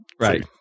Right